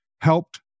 helped